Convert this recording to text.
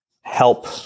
help